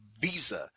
visa